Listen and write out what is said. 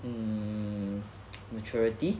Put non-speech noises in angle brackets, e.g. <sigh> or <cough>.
mm <noise> maturity